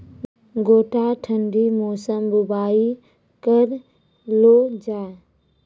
गोटा ठंडी मौसम बुवाई करऽ लो जा?